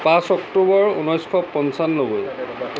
পাঁচ অক্টোবৰ ঊনৈছশ পঁচান্নব্বৈ